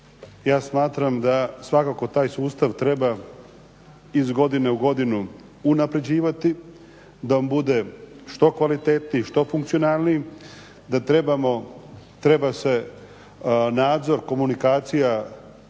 ja smatram da svakako taj sustav treba iz godine u godinu unapređivati da on bude što kvalitetniji, što funkcionalniji, da treba se nadzor komunikacija